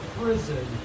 prison